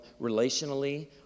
relationally